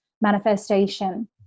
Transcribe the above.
manifestation